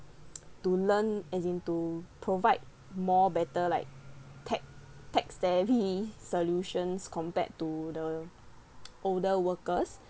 to learn as in to provide more better like tech tech-savvy solutions compared to the older workers